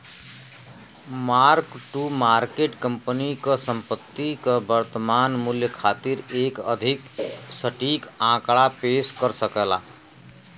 mark to market company क संपत्ति क वर्तमान मूल्य खातिर एक अधिक सटीक आंकड़ा पेश कर सकला